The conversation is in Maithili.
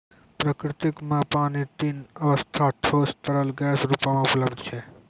प्रकृति म पानी तीन अबस्था ठोस, तरल, गैस रूपो म उपलब्ध छै